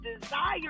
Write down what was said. desire